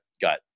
got